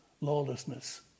lawlessness